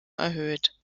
erhöht